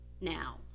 now